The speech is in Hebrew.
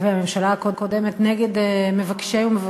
ושל הממשלה הקודמת נגד מבקשי ומבקשות,